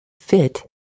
fit